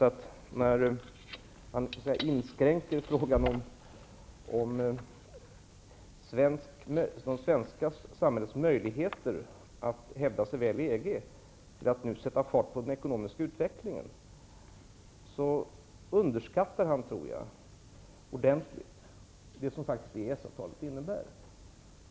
Daniel Tarschys inskränker frågan om det svenska samhällets möjligheter att hävda sig väl i EG till om vi nu lyckas sätta fart på den ekonomiska utvecklingen. Jag tror att han då ordentligt underskattar vad EES-avtalet faktiskt innebär.